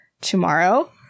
Tomorrow